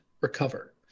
recover